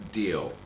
deal